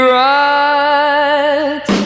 right